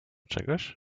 czegoś